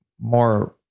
more